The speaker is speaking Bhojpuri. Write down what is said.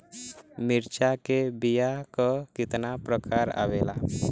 मिर्चा के बीया क कितना प्रकार आवेला?